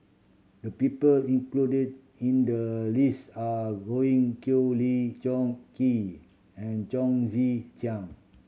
the people included in the list are Godwin Koay Lee Choon Kee and Chong Tze Chien